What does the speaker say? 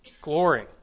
Glory